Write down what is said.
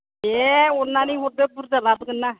दे अननानै हरदो बुर्जा लाबोगोन ना